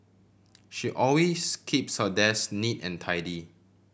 she always keeps her desk neat and tidy